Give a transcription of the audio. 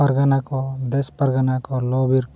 ᱯᱟᱨᱜᱟᱱᱟ ᱠᱚ ᱫᱮᱥ ᱯᱟᱨᱜᱟᱱᱟ ᱠᱚ ᱞᱚᱼᱵᱤᱨ